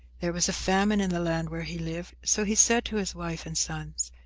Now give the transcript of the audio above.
there was a famine in the land where he lived, so he said to his wife and sons,